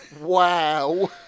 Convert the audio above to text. Wow